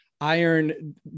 iron